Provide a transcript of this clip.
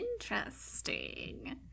interesting